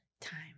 time